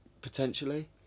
Potentially